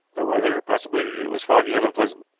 the weather, possibly. it was foggy and unpleasant.